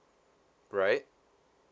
right